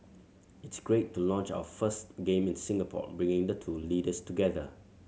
it's great to launch our first game in Singapore bringing the two leaders together